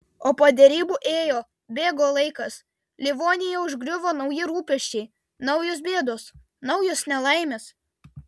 o po derybų ėjo bėgo laikas livoniją užgriuvo nauji rūpesčiai naujos bėdos naujos nelaimės